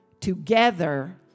together